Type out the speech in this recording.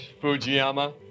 Fujiyama